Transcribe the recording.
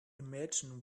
imagine